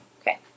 Okay